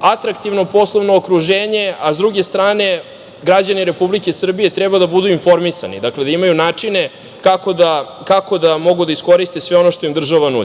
atraktivno poslovno okruženje, a sa druge strane građani Republike Srbije treba da budu informisani, dakle da imaju načine kao mogu da iskoriste sve ono što im država